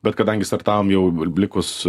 bet kadangi startavom jau likus